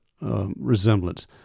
resemblance